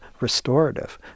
restorative